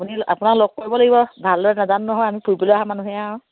আপুনি আপোনাক লগ কৰিব লাগিব ভালদৰে নাজানো নহয় আমি ফুৰিবলৈ অহা মানুহে আৰু